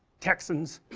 texans,